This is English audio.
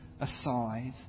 aside